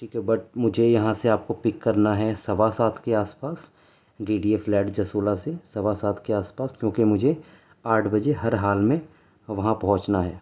ٹھیک ہے بٹ مجھے یہاں سے آپ کو پک کرنا ہے سوا سات کے آس پاس ڈی ڈی فلیٹ جسولہ سے سوا سات کے آس پاس کیونکہ مجھے آٹھ بجے ہر حال میں وہاں پہنچنا ہے